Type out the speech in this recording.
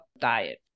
diet